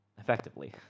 Effectively